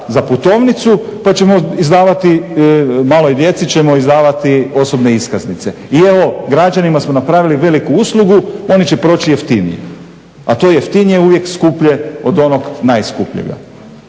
za putovnicu pa ćemo izdavati maloj djeci osobne iskaznice. I evo građanima smo napravili veliku uslugu oni će proći jeftinije, a to jeftinije je uvijek skuplje od onog najskupljega.